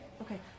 okay